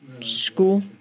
School